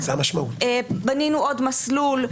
בנינו עוד מסלול.